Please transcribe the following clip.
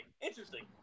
interesting